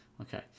Okay